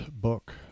book